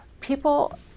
People